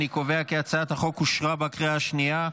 אני קובע כי הצעת החוק אושרה בקריאה השנייה.